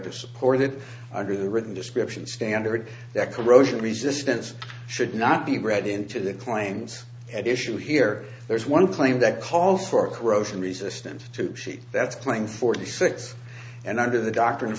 to support it under the written description standard that corrosion resistance should not be read into the claims at issue here there's one claim that call for corrosion resistance to sheet that's plain forty six and under the doct